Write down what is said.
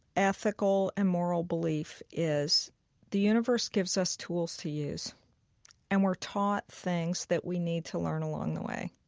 ethical, and moral belief is the universe gives us tools to use and we're taught things that we need to learn along the way.